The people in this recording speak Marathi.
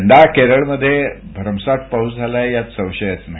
यंदा केळरमध्ये भरमसाठ पाऊस झालाय यात संशयच नाही